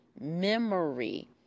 memory